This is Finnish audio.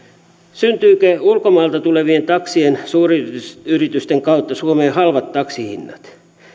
syntyykö ulkomailta tulevien taksien suuryritysten kautta suomeen halvat taksihinnat